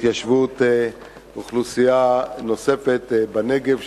התיישבות אוכלוסייה נוספת בנגב,